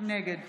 נגד